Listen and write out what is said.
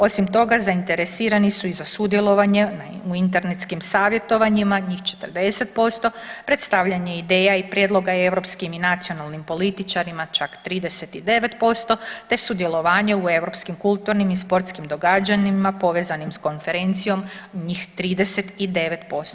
Osim toga zainteresirani su i za sudjelovanje u internetskim savjetovanjima, njih 40%, predstavljanje ideja i prijedloga europskim i nacionalnim političarima čak 39%, te sudjelovanje u europskim, kulturnim i sportskim događanjima povezanim s konferencijom, njih 39%